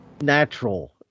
natural